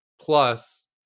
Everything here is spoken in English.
Plus